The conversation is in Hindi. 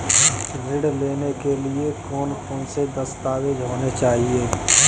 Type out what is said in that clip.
ऋण लेने के लिए कौन कौन से दस्तावेज होने चाहिए?